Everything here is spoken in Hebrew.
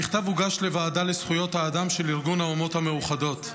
המכתב הוגש לוועדה לזכויות האדם של ארגון האומות המאוחדות.